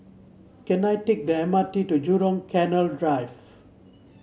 can I take the M R T to Jurong Canal Drive